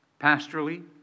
Pastorally